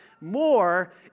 more